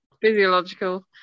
Physiological